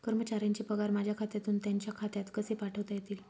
कर्मचाऱ्यांचे पगार माझ्या खात्यातून त्यांच्या खात्यात कसे पाठवता येतील?